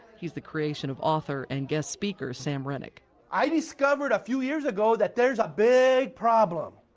he's the creation of author, and guest speaker, sam renick i discovered a few years ago that there's a big problem.